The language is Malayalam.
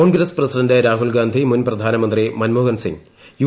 കോൺഗ്രസ് പ്രസിഡന്റ് രാഹുൽഗാന്ധി മുൻ പ്രധാനമന്ത്രി മൻമോഹൻ സിംഗ് യു